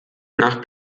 nach